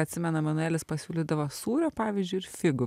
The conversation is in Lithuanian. atsimena emanuelis pasiūlydavo sūrio pavyzdžiui ir figų